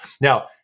Now